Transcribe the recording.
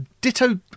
ditto